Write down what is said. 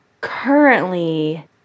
currently